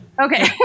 Okay